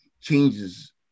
changes